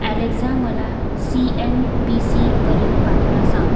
Alexa मला C N B C वरील बातम्या सांग